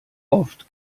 oft